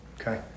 Okay